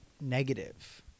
negative